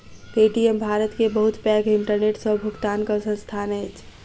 Paytm Bharat के बहुत पैघ इंटरनेट सॅ भुगतनाक संस्थान अछि